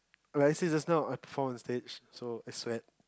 like I say just now I fall on the stage so I sweat